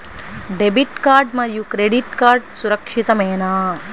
Debit card మరియు credit card సురక్షితమేనా?